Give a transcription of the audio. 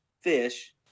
fish